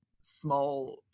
small